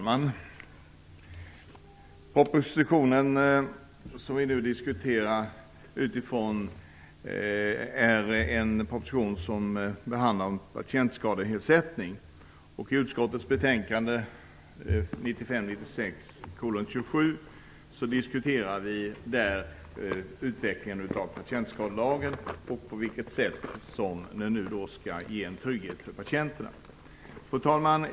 Fru talman! Propositionen som vi nu diskuterar behandlar patientskadeersättning. I utskottets betänkande 1995/96:27 diskuteras utvecklingen av patientskadelagen och på vilket sätt som den skall utgöra en trygghet för patienterna. Fru talman!